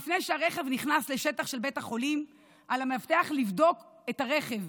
לפני שהרכב נכנס לשטח של בית החולים על המאבטח לבדוק את הרכב.